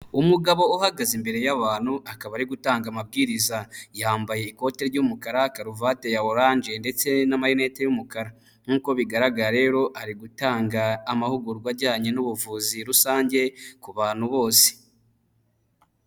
Umugabo uhagaze imbere y'abantu, akaba ari gutanga amabwiriza, yambaye ikote ry'umukara, karuvati ya oranje ndetse n'amarinete y'umukara, nk'uko bigaragara rero ari gutanga amahugurwa ajyanye n'ubuvuzi rusange ku bantu bose.